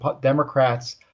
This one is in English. Democrats